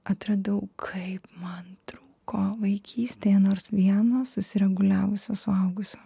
atradau kaip man trūko vaikystėje nors vieno susireguliavusio suaugusio